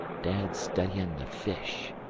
dad's studyin' the fish.